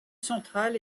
central